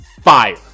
fire